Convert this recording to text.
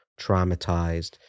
traumatized